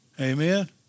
Amen